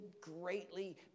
greatly